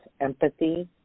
empathy